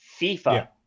FIFA